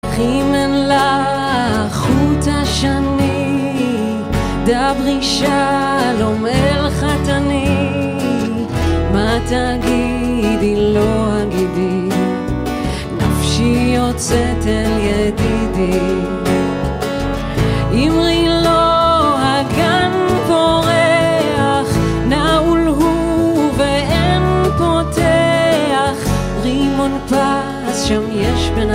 חוט השני, דברי שלום אל חתני. מה תגידי, לא אגידי, נפשי יוצאת אל ידידי. אימרי לו הגן פורח, נעול הוא ואין פותח. רימון פס, שם יש בין...